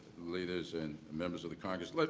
leaders, and members of the congress, like